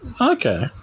okay